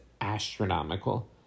astronomical